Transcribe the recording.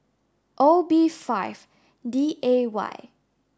O B five D A Y